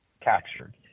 captured